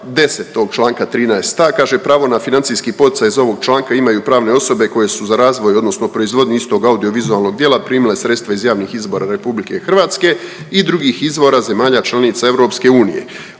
10. tog čl. 13.a., kaže „Pravo na financijski poticaj iz ovog članka imaju pravne osobe koje su za razvoj odnosno proizvodnju istog audiovizualnog djela primile sredstva iz javnih izvora RH i drugih izvora zemalja članica EU, uz uvjet